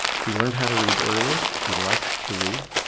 he learned how to read early, he liked to read,